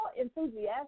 enthusiastic